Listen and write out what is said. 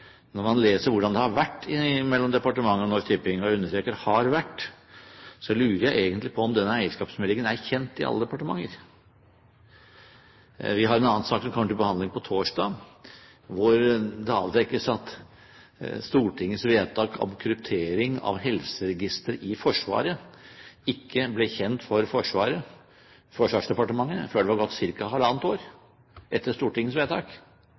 Når man leser hvordan det har vært mellom departementet og Norsk Tipping – jeg understreker har vært – lurer jeg egentlig på om den eierskapsmeldingen er kjent i alle departementer. Vi har en annen sak, som kommer til behandling på torsdag, hvor det avdekkes at Stortingets vedtak om kryptering av helseregistre i Forsvaret ikke ble kjent for Forsvarsdepartementet før det var gått ca. ett og et halvt år etter Stortingets vedtak.